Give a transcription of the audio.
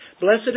Blessed